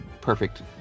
perfect